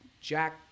jack